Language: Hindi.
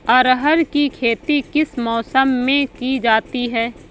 अरहर की खेती किस मौसम में की जाती है?